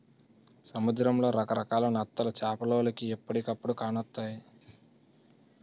సముద్రంలో రకరకాల నత్తలు చేపలోలికి ఎప్పుడుకప్పుడే కానొస్తాయి